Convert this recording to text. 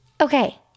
Okay